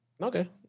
Okay